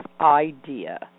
idea